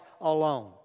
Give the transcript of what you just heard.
alone